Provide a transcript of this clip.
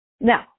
Now